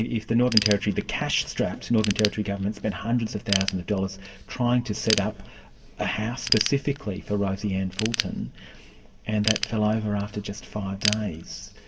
if the northern territory, the cash-strapped northern territory government spent hundreds of thousands of dollars trying to set up a house specifically for rosie anne fulton and that fell over after just five days,